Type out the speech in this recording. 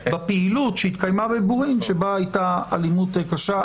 בפעילות שהתקיימה בבורין שבה הייתה אלימות קשה,